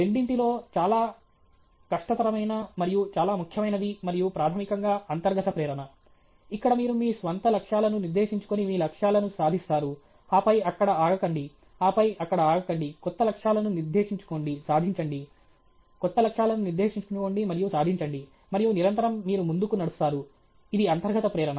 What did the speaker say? రెండింటిలో చాలా కష్టతరమైనది మరియు చాలా ముఖ్యమైనది మరియు ప్రాథమికంగా అంతర్గత ప్రేరణ ఇక్కడ మీరు మీ స్వంత లక్ష్యాలను నిర్దేశించుకుని మీ లక్ష్యాలను సాధిస్తారు ఆపై అక్కడ ఆగకండి ఆపై అక్కడ ఆగకండి కొత్త లక్ష్యాలను నిర్దేశించుకోండి సాధించండి కొత్త లక్ష్యాలను నిర్దేశించుకోండి మరియు సాధించండి మరియు నిరంతరం మీరు ముందుకు నడుస్తారు ఇది అంతర్గత ప్రేరణ